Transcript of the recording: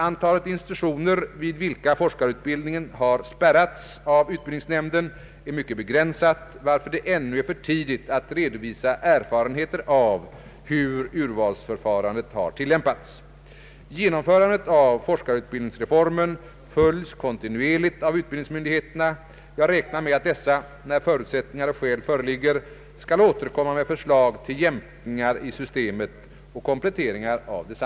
Antalet institutioner, vid vilka forskarutbildningen har spärrats av utbildningsnämnden, är mycket begränsat, varför det ännu är för tidigt att redovisa erfarenheter av hur urvalsförfarandet har tillämpats. Genomförandet av = forskarutbildningsreformen följs kontinuerligt av utbildningsmyndigheterna. Jag räknar med att dessa, när förutsättningar och skäl föreligger skall återkomma med förslag till jämkningar i systemet och kompletteringar av detta.